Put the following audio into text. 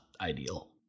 ideal